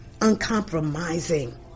uncompromising